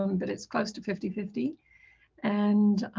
um but it's close to fifty fifty and